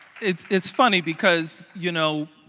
it is funny because, you know,